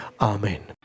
Amen